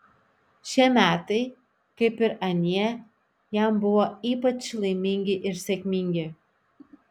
šie metai kaip ir anie jam buvo ypač laimingi ir sėkmingi